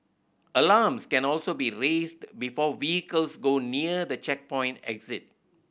alarms can also be raised before vehicles go near the checkpoint exit